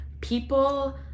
People